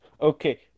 Okay